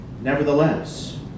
Nevertheless